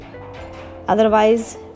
otherwise